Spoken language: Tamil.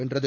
வென்றது